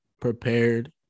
prepared